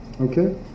Okay